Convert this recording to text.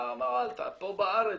מה הועלת פה בארץ?